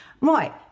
Right